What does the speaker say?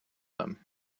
them